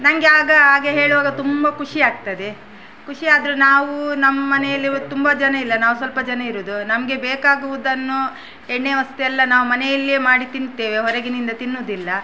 ನನಗೆ ಆಗ ಹಾಗೆ ಹೇಳುವಾಗ ತುಂಬ ಖುಷಿ ಆಗ್ತದೆ ಖುಷಿ ಆದರು ನಾವು ನಮ್ಮನೆಯಲ್ಲಿ ತುಂಬ ಜನ ಇಲ್ಲ ನಾವು ಸ್ವಲ್ಪ ಜನ ಇರುವುದು ನಮಗೆ ಬೇಕಾಗುವುದನ್ನು ಎಣ್ಣೆ ವಸ್ತು ಎಲ್ಲ ನಾವು ಮನೆಯಲ್ಲಿಯೇ ಮಾಡಿ ತಿಂತೇವೆ ಹೊರಗಿನಿಂದ ತಿನ್ನೋದಿಲ್ಲ